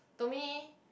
to me